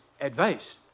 advice